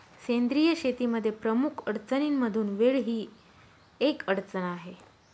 सेंद्रिय शेतीमध्ये प्रमुख अडचणींमधून वेळ ही एक अडचण आहे